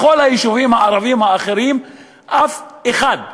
בכל היישובים הערביים האחרים אף אחד,